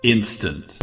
Instant